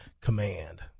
command